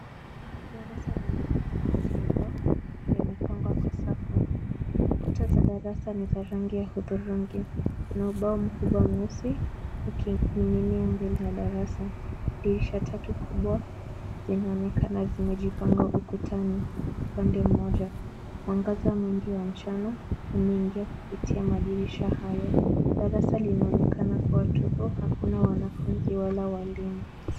Darasa lenye madawati ya mbao yamepangwa kwa safu. Kuta za darasa ni za rangi ya hudhurungi. Kuna ubao mkubwa mweusi ukining'inia mbele ya darasa. Dirisha tatu kubwa zinaonekana zimejipanga ukutani upande mmoja. Mwangaza mwingi wa mchana unaingia kupitia madirisha hayo. Darasa linaonekana kuwa tupu, hakuna wanafunzi wala walimu.